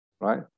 right